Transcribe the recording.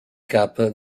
capa